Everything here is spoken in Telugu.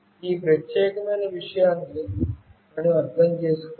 ఈ ప్రత్యేకమైన విషయాన్ని మనం అర్థం చేసుకోవాలి